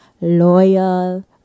Loyal